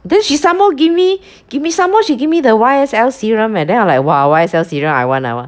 then she some more give me give me some more she give me the Y_S_L serum leh then I'm like !wah! Y_S_L serum I want I want